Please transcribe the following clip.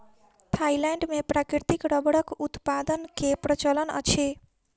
Thailand मे प्राकृतिक रबड़क उत्पादन के प्रचलन अछि